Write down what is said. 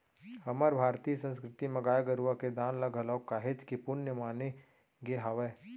हमर भारतीय संस्कृति म गाय गरुवा के दान ल घलोक काहेच के पुन्य माने गे हावय